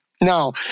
Now